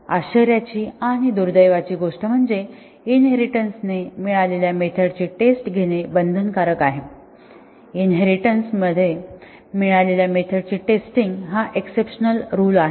आश्चर्याची आणि दुर्दैवाची गोष्ट म्हणजे इनहेरिटेन्सने मिळालेल्या मेथड्सची टेस्ट घेणे बंधनकारक आहे इनहेरिटेन्स मिळालेल्या मेथड्सची टेस्टिंग हा एक्सेपशनल रूल आहे